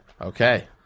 Okay